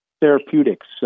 Therapeutics